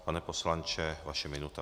Pane poslanče, vaše minuta.